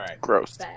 Gross